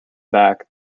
back